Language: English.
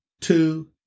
Two